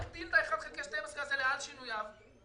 למה אין תקציב להיל"ה ולקרב ולנשים מוכות ולספרייה